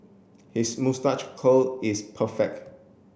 his moustache curl is perfect